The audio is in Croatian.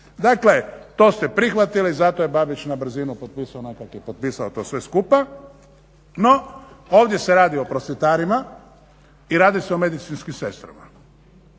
Dakle, to ste prihvatili. Zato je Babić na brzinu potpisao onak' kak' je potpisao to sve skupa. No, ovdje se radi o prosvjetarima i radi se o medicinskim sestrama.